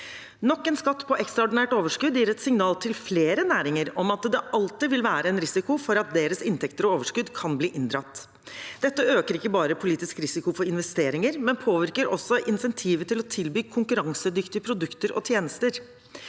Nok en skatt på ekstraordinært overskudd gir et signal til flere næringer om at det alltid vil være en risiko for at deres inntekter og overskudd kan bli inndratt. Dette øker ikke bare politisk risiko for investeringer, men påvirker også insentivet til å tilby konkurransedyktige produkter og tjenester.